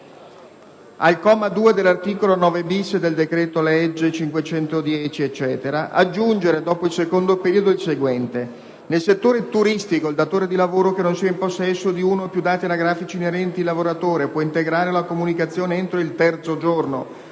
con modificazioni dalla legge 28 novembre 1996, n. 608, aggiungere, dopo il secondo periodo, il seguente: "Nel settore turistico il datore di lavoro che non sia in possesso di uno o più dati anagrafici inerenti il lavoratore può integrare la comunicazione entro il terzo giorno